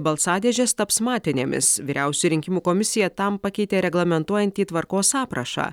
balsadėžės taps matinėmis vyriausioji rinkimų komisija tam pakeitė reglamentuojantį tvarkos aprašą